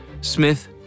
Smith